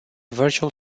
virtual